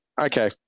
Okay